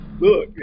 look